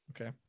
Okay